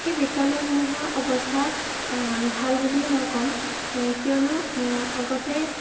সেই বিদ্যালয়সমূহৰ অৱস্থা ভাল বুলিয়ে মই ক'ম কিয়নো আগতে